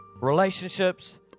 relationships